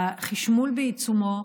החשמול בעיצומו,